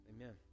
Amen